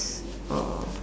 oh